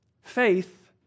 Faith